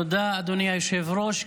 תודה, אדוני היושב-ראש.